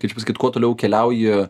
kaip čia pasakyt kuo toliau keliauji